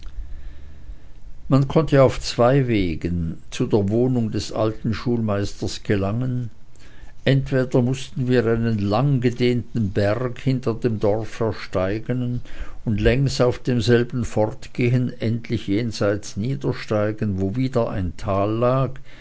man konnte auf zwei wegen zu der wohnung des alten schulmeisters gelangen entweder mußten wir einen langgedehnten berg hinter dem dorfe ersteigen und längs auf demselben fortgehend endlich jenseits niedersteigen wo wieder ein tal lag